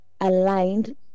aligned